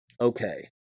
Okay